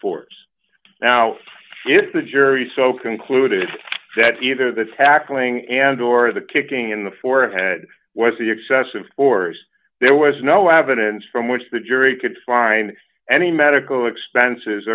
force now if the jury so concluded that either the tackling and or the kicking in the forehead was the excessive force there was no evidence from which the jury could find any medical expenses